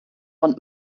und